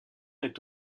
est